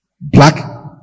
black